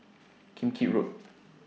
Kim Keat Road